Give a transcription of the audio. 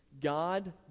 God